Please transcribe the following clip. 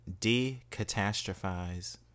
decatastrophize